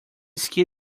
ski